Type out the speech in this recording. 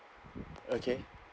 okay